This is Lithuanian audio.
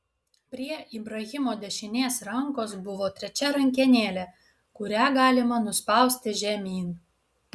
prie ibrahimo dešinės rankos buvo trečia rankenėlė kurią galima nuspausti žemyn